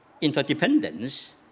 interdependence